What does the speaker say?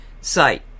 site